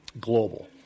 Global